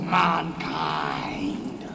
mankind